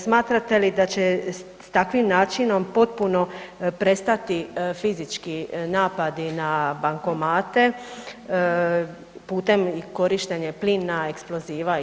Smatrate li da će s takvim načinom potpuno prestati fizički napadi na bankomate putem korištenja plina, eksploziva itd.